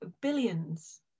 billions